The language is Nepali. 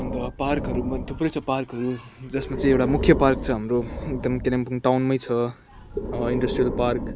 अन्त पार्कहरूमा थुप्रै छ पार्कहरू जसमा चाहिँ एउटा मुख्य पार्क छ हाम्रो एकदम कालिम्पोङ टाउनमै छ इन्डसट्रियल पार्क